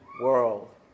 world